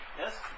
yes